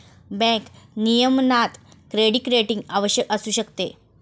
bank नियमनात credit rating आवश्यक असू शकते